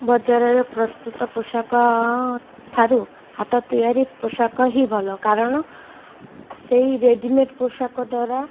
ବଜାରରେ ପ୍ରସ୍ତୁତ ପୋଷାକ ଠାରୁ ହାତ ତିଆରି ପୋଷାକ ହିଁ ଭଲ କାରଣ ସେଇ ରେଡିମେଡ୍ ପୋଷାକ ଦ୍ୱାରା